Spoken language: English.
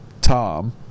tom